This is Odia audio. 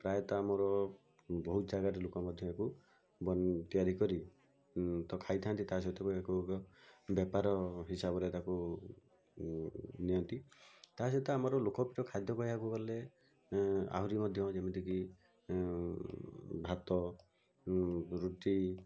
ପ୍ରାୟତଃ ଆମର ବହୁତ ଜାଗାରେ ଲୋକ ମଧ୍ୟ ୟା'କୁ ବନ ତିଆରି କରି ତ ଖାଇଥାନ୍ତି ତା'ସହିତ ବି ୟା'କୁ ବେପାର ହିସାବରେ ତାକୁ ନିଅନ୍ତି ତା'ସହିତ ଆମର ଲୋକପ୍ରିୟ ଖାଦ୍ୟ କହିବାକୁ ଗଲେ ଆହୁରି ମଧ୍ୟ ଯେମିତିକି ଭାତ ରୁଟି